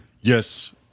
Yes